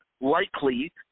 likely